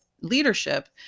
leadership